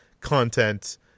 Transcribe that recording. content